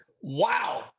wow